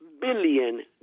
billion